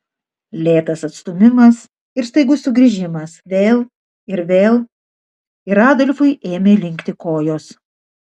lėtas atstūmimas ir staigus sugrįžimas vėl ir vėl ir adolfui ėmė linkti kojos